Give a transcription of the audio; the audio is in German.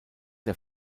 der